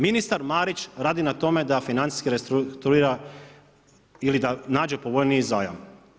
Ministar Marić radi na tome da financijski restrukturira ili da nađe povoljniji zajam.